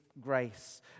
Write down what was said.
grace